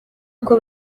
uko